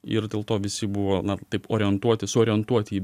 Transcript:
ir dėl to visi buvo na taip orientuoti suorientuoti į